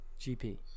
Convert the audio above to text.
GP